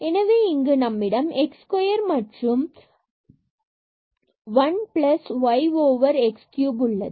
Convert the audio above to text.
எனவே இங்கு நம்மிடம் x square மற்றும் 1 y x cube உள்ளது